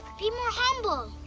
be more humble.